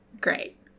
great